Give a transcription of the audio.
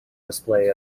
display